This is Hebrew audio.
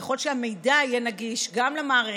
ככל שהמידע יהיה נגיש גם למערכת,